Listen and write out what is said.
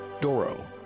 Doro